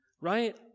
right